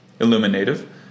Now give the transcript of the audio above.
Illuminative